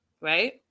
right